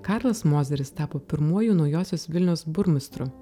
karlas mozeris tapo pirmuoju naujosios vilnios burmistru